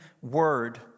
word